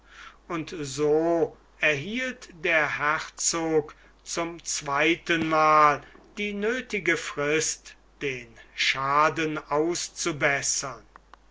und so erhielt der herzog zum zweiten mal die nöthige frist den schaden auszubessern